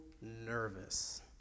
nervous